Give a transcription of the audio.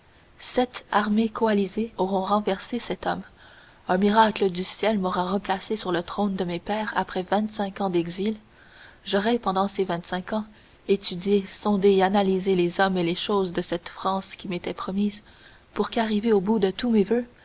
sept armées coalisées auront renversé cet homme un miracle du ciel m'aura replacé sur le trône de mes pères après vingt-cinq ans d'exil j'aurai pendant ces vingt-cinq ans étudié sondé analysé les hommes et les choses de cette france qui m'était promise pour qu'arrivé au but de tous mes voeux